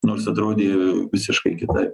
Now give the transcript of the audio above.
nors atrodė visiškai kitaip